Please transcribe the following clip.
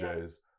Jays